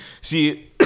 See